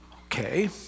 Okay